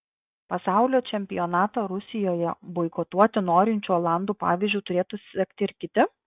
pasaulio čempionatą rusijoje boikotuoti norinčių olandų pavyzdžiu turėtų sekti ir kiti